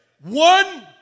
one